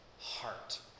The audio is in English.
heart